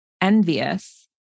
envious